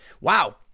Wow